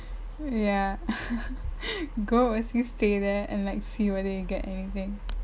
ya go overseas stay there and like see whether you get anything